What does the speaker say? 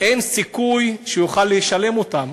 אין סיכוי שהוא יוכל לשלם אותן,